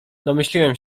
domyśliłem